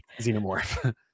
xenomorph